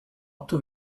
otto